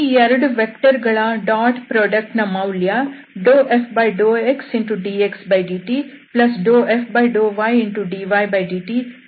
ಈ 2 ವೆಕ್ಟರ್ ಗಳ ಡಾಟ್ ಪ್ರೊಡಕ್ಟ್ನ ಮೌಲ್ಯ ∂f∂xdxdt∂f∂ydydt∂f∂zdzdt